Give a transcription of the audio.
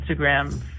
Instagram